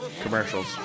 commercials